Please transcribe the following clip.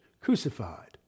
Crucified